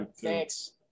Thanks